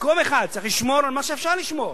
מקום אחד, וצריך לשמור על מה שאפשר לשמור.